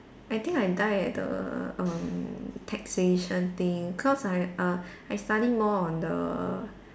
I think I die at the um taxation thing cause I err I study more on the